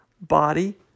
body